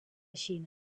xina